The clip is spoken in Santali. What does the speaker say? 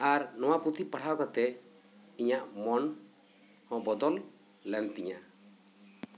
ᱟᱨ ᱱᱚᱣᱟ ᱯᱩᱛᱷᱤ ᱯᱟᱲᱦᱟᱣ ᱠᱟᱛᱮᱜ ᱤᱧᱟᱹᱜ ᱢᱚᱱ ᱵᱚᱫᱚᱞ ᱞᱮᱱ ᱛᱤᱧᱟᱹ